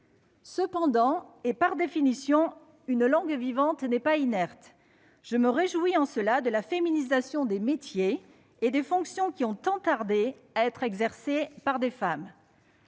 Cependant, et par définition, une langue vivante n'est pas inerte. Je me réjouis en cela de la féminisation des métiers et des fonctions qui ont tant tardé à être exercés par des femmes.